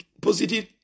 Positive